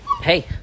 hey